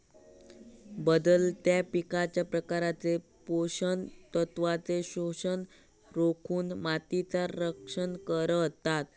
बदलत्या पिकांच्या प्रकारचो पोषण तत्वांचो शोषण रोखुन मातीचा रक्षण करता